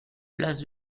place